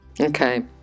Okay